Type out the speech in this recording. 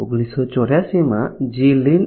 1984 માં G